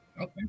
Okay